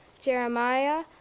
Jeremiah